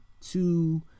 Two